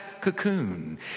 cocoon